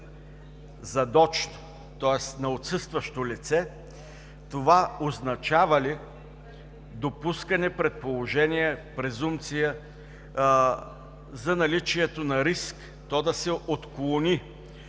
задочно, тоест на отсъстващо лице, това означава ли допускане, предположение, презумпция за наличието на риск то да се отклони